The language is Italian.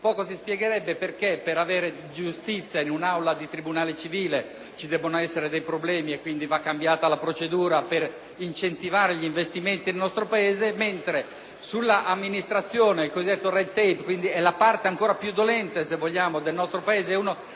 poco si spiegherebbe perché, per avere giustizia in un'aula di tribunale civile, ci devono essere dei problemi e quindi va cambiata la procedura per incentivare gli investimenti nel nostro Paese, mentre sull'amministrazione, il cosiddetto *red tape*, rappresenta la parte più dolente, se vogliamo,